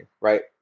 right